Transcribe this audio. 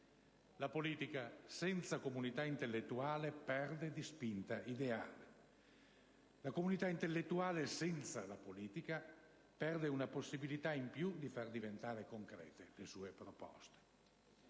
La politica senza comunità intellettuale perde di spinta ideale; la comunità intellettuale senza la politica perde una possibilità in più di far diventare concrete le sue proposte.